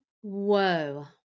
Whoa